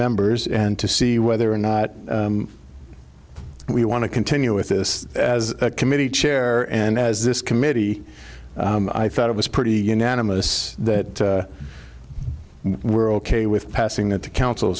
members and to see whether or not we want to continue with this as committee chair and as this committee i thought it was pretty unanimous that we're ok with passing that to coun